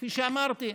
כפי שאמרתי,